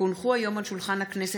כי הונחו היום על שולחן הכנסת,